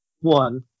One